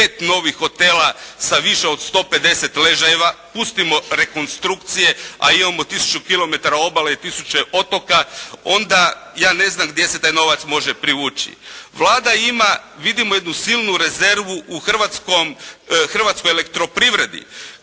novih hotela sa više od 150 ležajeva, pustimo rekonstrukcije, a imamo tisuću kilometara obale i tisuće otoka. Onda ja ne znam gdje se taj novac može privući. Vlada ima, vidimo jednu silnu rezervu u hrvatskoj elektroprivredi